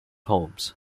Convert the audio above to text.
homes